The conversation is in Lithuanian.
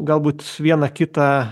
galbūt vieną kitą